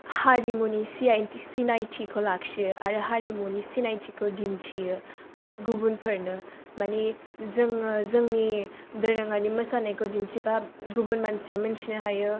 हारिमुनि सिनायथि सिनायथिखौ लाखियो आरो हारिमुनि सिनायथिखौ दिन्थियो गुबुनफोरनो माने जोङो जोंनि दोरोङारि मोसानायखौ दिन्थिबा गुबन मानसिया मोनथिनो हायो